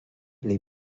les